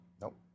Nope